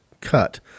cut